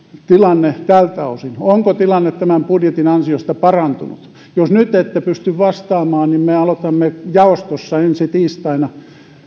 tilanne tältä osin onko tilanne tämän budjetin ansiosta parantunut jos nyt ette pysty vastaamaan niin me aloitamme jaostossa ensi tiistaina